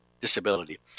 disability